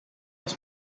was